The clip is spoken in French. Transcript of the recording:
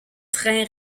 train